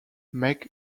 meg